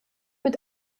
mit